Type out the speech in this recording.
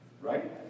Right